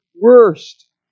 worst